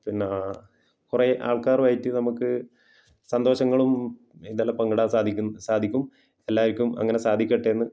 പിന്നെ കുറെ ആൾക്കാരുമായിട്ട് നമുക്ക് സന്തോഷങ്ങളും ഇതെല്ലാം പങ്കിടാൻ സാധിക്കും സാധിക്കും എല്ലാവർക്കും അങ്ങനെ സാധിക്കട്ടെ എന്ന്